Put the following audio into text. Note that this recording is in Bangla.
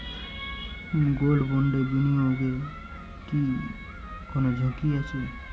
গোল্ড বন্ডে বিনিয়োগে কোন ঝুঁকি আছে কি?